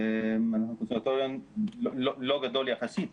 הקונסרבטוריון לא גדול יחסית,